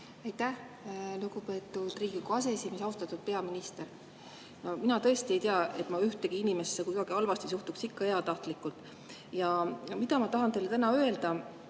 Aitäh! Lugupeetud Riigikogu aseesimees! Austatud peaminister! Mina tõesti ei tea, et ma ühtegi inimesesse kuidagi halvasti suhtuks, ikka heatahtlikult. Mida ma tahan teile öelda: